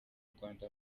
rwanda